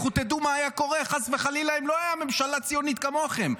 לכו תדעו מה היה קורה חס וחלילה אם לא הייתה ממשלה ציונית כמוכם.